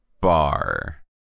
bar